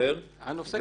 נכון, אן עוסקת בזה.